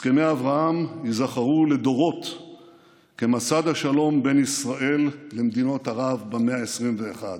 הסכמי אברהם ייזכרו לדורות כמסד השלום בין ישראל למדינות ערב במאה ה-21.